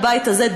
בבית הזה,